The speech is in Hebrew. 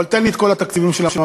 אבל תן לי את כל התקציבים של הממלכה.